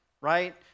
right